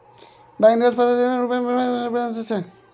bank दिससँ प्रत्यक्ष रूप सँ सेहो धन जमा कएल जा सकैत छै